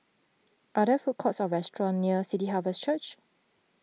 are there food courts or restaurants near City Harvest Church